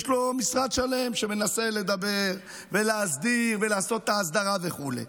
יש לו משרד שלם שמנסה לדבר ולהסביר ולעשות הסדרה וכו'.